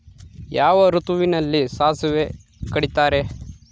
ಯಾವ ಋತುವಿನಲ್ಲಿ ಸಾಸಿವೆ ಕಡಿತಾರೆ?